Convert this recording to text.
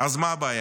אז מה הבעיה?